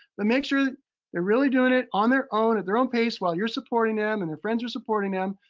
but make sure they're really doing it on their own, at their own pace, while you're supporting them and their friends are supporting them.